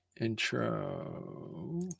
intro